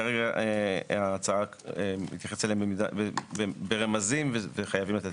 כרגע ההצעה מתייחסת אליהם ברמזים וחייבים לתת